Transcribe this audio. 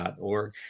org